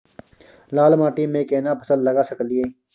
लाल माटी में केना फसल लगा सकलिए?